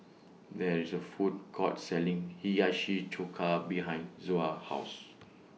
There IS A Food Court Selling Hiyashi Chuka behind Zoa's House